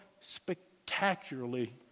spectacularly